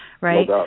right